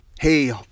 hey